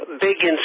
big